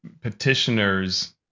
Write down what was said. petitioners